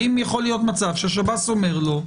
האם יכול להיות מצב שהשב"ס אומר לו: